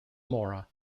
mora